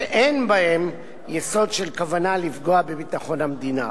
שאין בהן יסוד של כוונה לפגוע בביטחון המדינה.